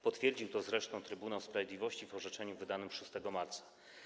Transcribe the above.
Potwierdził to zresztą Trybunał Sprawiedliwości w orzeczeniu wydanym 6 marca.